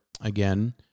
again